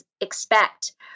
expect